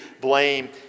blame